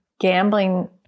gambling